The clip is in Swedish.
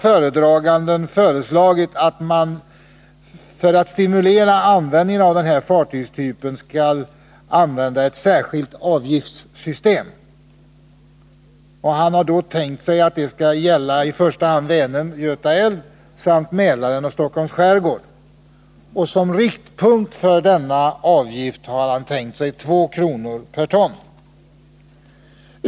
Föredraganden föreslår därför att användningen av fartyg med förhöjd miljösäkerhet skall stimuleras genom införande av ett särskilt avgiftssystem. Han har tänkt sig att detta i första hand skall gälla Vänern-Göta älv, Mälaren och Stockholms skärgård. Som riktpunkt för denna avgift har han tänkt sig 2 kr. per ton.